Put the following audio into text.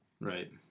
Right